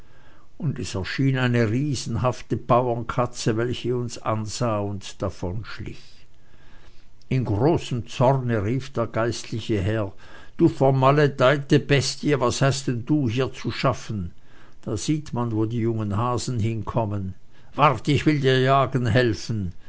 und es erschien eine riesenhafte bauernkatze welche uns ansah und davonschlich in großem zorne rief der geistliche herr du vermaledeite bestie was hast denn du hier zu schaffen da sieht man wo die jungen hasen hinkommen wart ich will dir jagen helfen